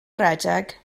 redeg